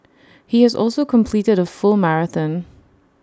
he has also completed A full marathon